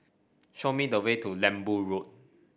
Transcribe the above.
show me the way to Lembu Road